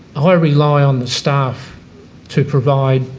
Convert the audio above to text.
ah i rely on the staff to provide,